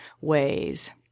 ways